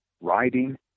riding